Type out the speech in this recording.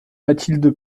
mathilde